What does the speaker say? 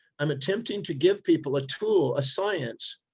i'm attempting to give people a tool, a science,